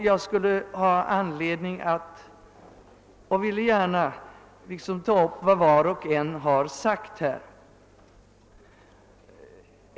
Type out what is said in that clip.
Jag vill gärna ta upp vad var och en har sagt här.